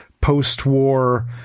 post-war